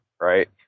Right